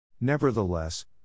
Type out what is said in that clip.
Nevertheless